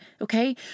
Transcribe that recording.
okay